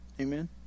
Amen